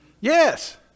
Yes